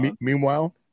meanwhile